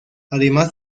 además